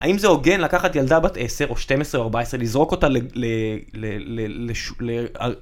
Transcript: האם זה הוגן לקחת ילדה בת 10 או 12 או 14 לזרוק אותה ל...